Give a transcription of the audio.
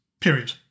period